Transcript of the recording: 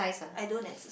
I don't exerc~